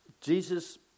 Jesus